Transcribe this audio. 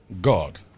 God